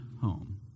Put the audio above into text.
home